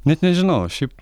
net nežinau šiaip